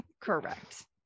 Correct